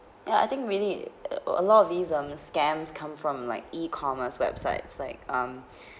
ya I think we need uh a lot of these um scams come from like e-commerce websites like um